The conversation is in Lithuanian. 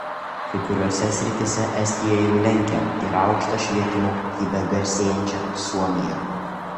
kai kuriose srityse estija jau lenkia ir aukšta švietimo kokybe garsėjančią suomiją